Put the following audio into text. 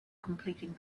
completing